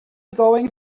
going